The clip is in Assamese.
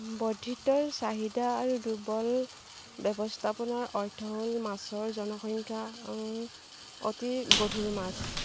বৰ্ধিত চাহিদা আৰু দুৰ্ব্বল ব্যৱস্থাপনাৰ অৰ্থ হ'ল মাছৰ জনসংখ্যা অতি গধুৰ মাছ